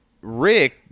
Rick